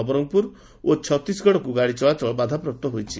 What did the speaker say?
ନବରଙଗପୁର ଓ ଛତିଶଗଡ଼କୁ ଗାଡ଼ି ଚଳାଚଳ ବାଧାପ୍ରାପ୍ତ ହୋଇଛି